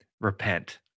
repent